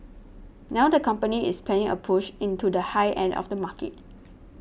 now the company is planning a push into the high end of the market